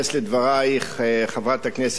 חברת הכנסת שלי יחימוביץ,